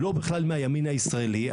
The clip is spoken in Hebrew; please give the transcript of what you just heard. בכלל לא מהימין הישראלי.